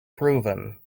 proven